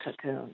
cocoon